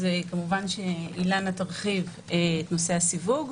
כמובן שאילנה תרחיב את נושא הסיווג.